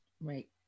right